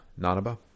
Nanaba